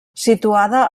situada